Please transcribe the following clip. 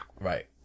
right